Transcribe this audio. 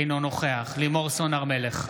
אינו נוכח לימור סון הר מלך,